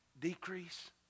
Decrease